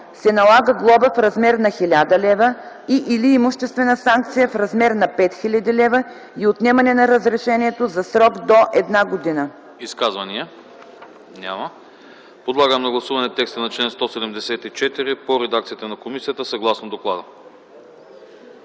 се налага глоба в размер на 1000 лв. и/или имуществена санкция в размер на 5000 лв. и отнемане на разрешението за срок до една година”.